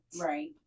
right